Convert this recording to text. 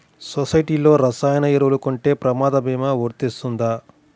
సొసైటీలో రసాయన ఎరువులు కొంటే ప్రమాద భీమా వస్తుందా?